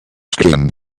skin